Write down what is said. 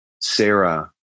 Sarah